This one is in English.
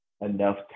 enough